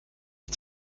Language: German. ich